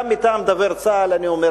גם מטעם דובר צה"ל אני אומר,